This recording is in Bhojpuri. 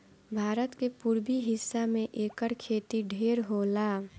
भारत के पुरबी हिस्सा में एकर खेती ढेर होला